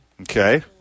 Okay